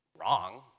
wrong